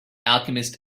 alchemist